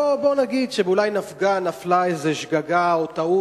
אז בוא נגיד שאולי נפלה איזו שגגה או טעות.